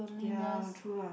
ya true lah